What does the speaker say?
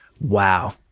Wow